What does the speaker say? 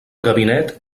gabinet